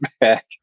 back